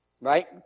Right